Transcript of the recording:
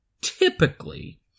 typically